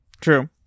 True